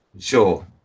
sure